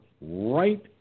right